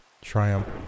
Triumph